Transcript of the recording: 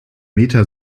meta